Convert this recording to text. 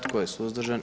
Tko je suzdržan?